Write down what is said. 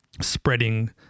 spreading